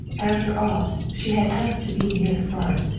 after all, she had asked to be near the front.